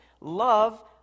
Love